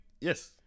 Yes